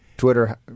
Twitter